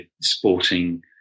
sporting